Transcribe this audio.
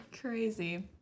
Crazy